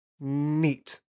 Neat